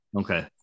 Okay